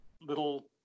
Little